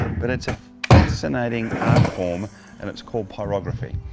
but it's a fascinating art form and it's called pyrography.